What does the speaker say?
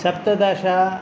सप्तदश